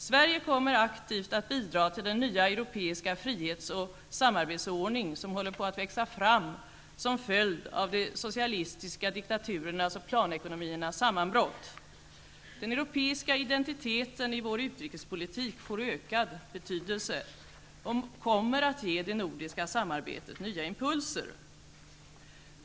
Sverige kommer aktivt att bidra till den nya europeiska frihets och samarbetsordning som håller på att växa fram som följd av de socialistiska diktaturernas och planekonomiernas sammanbrott. Den europeiska identiteten i vår utrikespolitik får ökad betydelse och kommer att ge det nordiska samarbetet nya impulser.